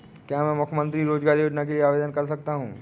क्या मैं मुख्यमंत्री रोज़गार योजना के लिए आवेदन कर सकता हूँ?